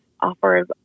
offers